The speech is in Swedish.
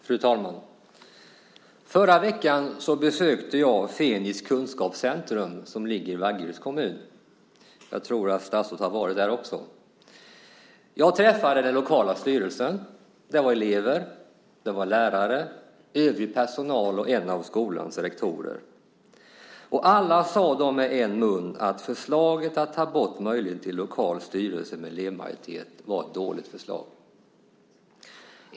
Fru talman! Förra veckan besökte jag Fenix kunskapscentrum, som ligger i Vaggeryds kommun. Jag tror att statsrådet också har varit där. Jag träffade den lokala styrelsen. Det var elever, det var lärare, övrig personal och en av skolans rektorer. Alla sade de med en mun att förslaget att ta bort möjligheten till lokala styrelser med elevmajoritet var ett dåligt förslag.